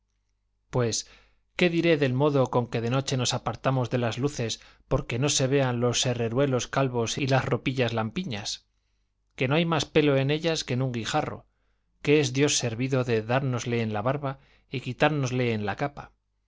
pues qué diré del modo con que de noche nos apartamos de las luces porque no se vean los herreruelos calvos y las ropillas lampiñas que no hay más pelo en ellas que en un guijarro que es dios servido de dárnosle en la barba y quitárnosle en la capa